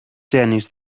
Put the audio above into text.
genis